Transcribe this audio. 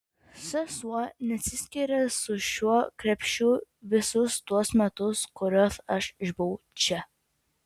sesuo nesiskiria su šiuo krepšiu visus tuos metus kuriuos aš išbuvau čia